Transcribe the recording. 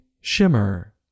Shimmer